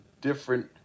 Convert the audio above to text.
different